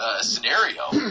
scenario